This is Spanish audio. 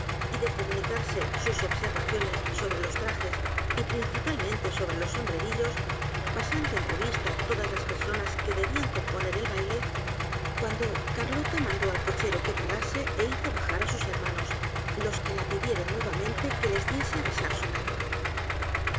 y de comunicarse sus observaciones sobre los trajes y principalmente sobre sus sombrerillos pasando en revista todas las personas que debian componer el baile cuando carlota mandó al cochero que parase é hizo bajar á sus hermanos los que la pidieron nuevamente que les diese á besar su mano